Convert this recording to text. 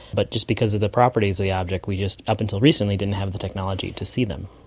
but just because of the properties of the object we just up until recently didn't have the technology to see them.